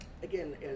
Again